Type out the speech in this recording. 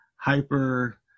Hyper